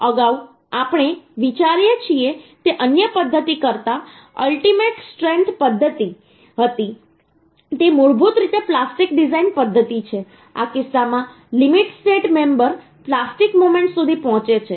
આપણે અગાઉ વિચારીએ છીએ તે અન્ય પદ્ધતિ કરતાં અલ્ટીમેટ સ્ટ્રેન્થ પદ્ધતિ હતી તે મૂળભૂત રીતે પ્લાસ્ટિક ડિઝાઈન પદ્ધતિ છે આ કિસ્સામાં limit state member plastic moment સુધી પહોંચે છે